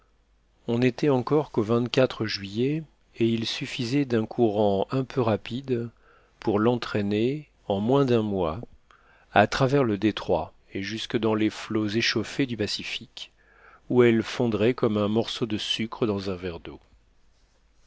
on n'était encore qu'au juillet et il suffisait d'un courant un peu rapide pour l'entraîner en moins d'un mois à travers le détroit et jusque dans les flots échauffés du pacifique où elle fondrait comme un morceau de sucre dans un verre d'eau